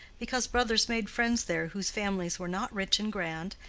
because brothers made friends there whose families were not rich and grand,